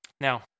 Now